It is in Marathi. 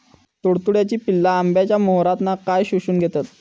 तुडतुड्याची पिल्ला आंब्याच्या मोहरातना काय शोशून घेतत?